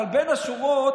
אבל בין השורות,